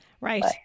Right